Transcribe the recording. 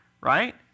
right